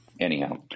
anyhow